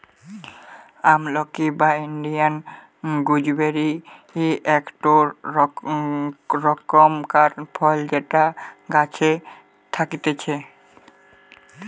আমলকি বা Indian gooseberry একটো রকমকার ফল যেটা গাছে থাকতিছে